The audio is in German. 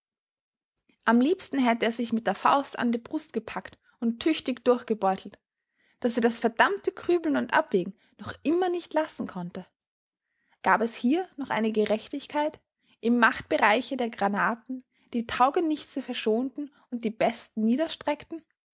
am liebsten hätte er sich mit der faust an der brust gepackt und tüchtig durchgebeutelt daß er das verdammte grübeln und abwägen noch immer nicht lassen konnte gab es hier noch eine gerechtigkeit im machtbereiche der granaten die taugenichtse verschonten und die besten